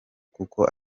kuko